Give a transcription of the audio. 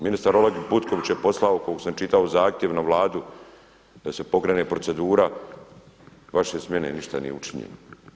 Ministar Oleg Butković je poslao koliko sam čitao zahtjev na Vladu da se pokrene procedura vaše smjene, ništa nije učinjeno.